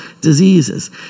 diseases